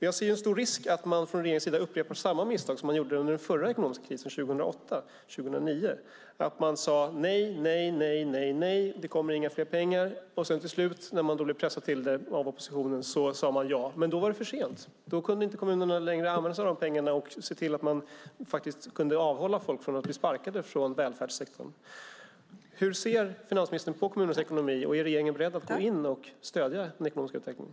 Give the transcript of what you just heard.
Jag ser en stor risk för att regeringen upprepar det misstag som man gjorde under den förra ekonomiska krisen 2008-2009. Då sade man: Nej, nej, nej, det kommer inte mer pengar. När man till slut blev pressad av oppositionen sade man ja. Men då var det för sent. Då kunde kommunerna inte längre använda sig av de pengarna och avhålla sig från att sparka folk från välfärdssektorn. Hur ser finansministern på kommunernas ekonomi? Är regeringen beredd att gå in och stödja den ekonomiska utvecklingen?